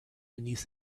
beneath